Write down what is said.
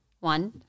One